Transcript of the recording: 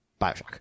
Bioshock